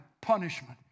punishment